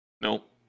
Nope